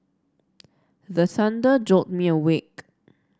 the thunder jolt me awake